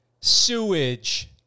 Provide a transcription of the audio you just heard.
sewage